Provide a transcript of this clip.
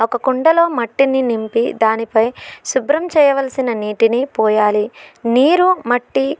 ఒక కుండలో మట్టిని నింపి దానిపై శుభ్రం చేయవలసిన నీటిని పోయాలి నీరు మట్టి